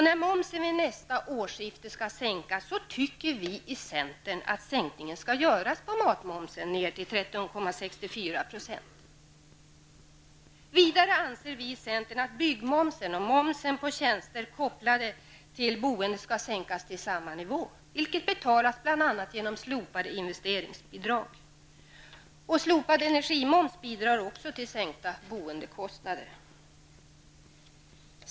När momsen vid nästa årsskifte skall sänkas, anser vi i centern att sänkningen skall göras på matmomsen ner till Vidare anser vi i centern att byggmomsen och momsen på tjänster kopplade till boende skall sänkas till samma nivå, vilket betalas bl.a. genom slopade investeringsbidrag. Slopad energimoms bidrar också till sänkta boendekostnader.